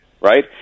right